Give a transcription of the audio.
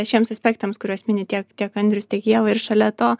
šiems aspektams kuriuos mini tiek tiek andrius tiek ieva ir šalia to